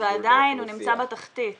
ועדיין הוא נמצא בתחתית